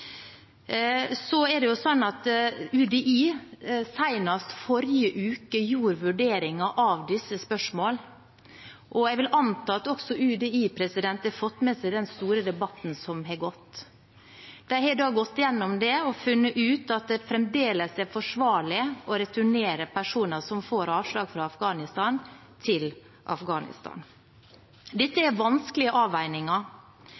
forrige uke gjorde UDI vurderinger av disse spørsmålene, og jeg vil anta at også UDI har fått med seg den store debatten som har foregått. De har da gått igjennom det og funnet ut at det fremdeles er forsvarlig å returnere personer fra Afghanistan som får avslag, til Afghanistan. Dette